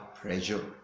pressure